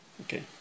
Okay